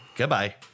Goodbye